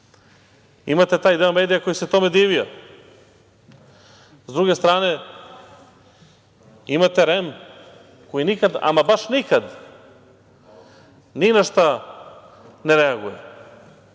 Imate taj deo medija koji se tome divio. Sa druge strane, imate REM koji nikad, ama baš nikad ni na šta ne reaguje